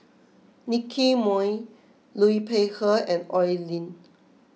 Nicky Moey Liu Peihe and Oi Lin